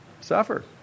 suffer